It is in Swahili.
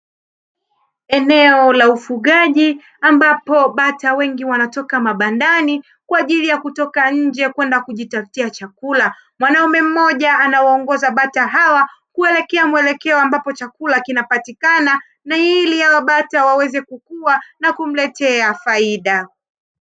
Eneo la ufugaji, ambapo bata wengi wanatoka mabandani kwa ajili ya kutoka nje kwenda kujitafutia chakula. Mwanaume mmoja anawaongoza bata hawa kuelekea muelekeo ambapo chakula kinapatikana na ili hao bata waweze kukua na kumletea faida.